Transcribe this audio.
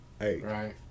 Right